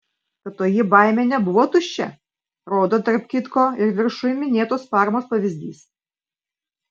kad toji baimė nebuvo tuščia rodo tarp kitko ir viršuj minėtos parmos pavyzdys